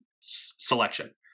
selection